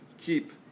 keep